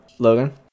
Logan